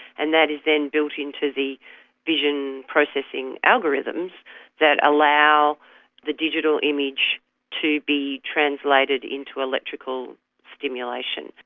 and that is then built into the vision processing algorithms that allow the digital image to be translated into electrical stimulations.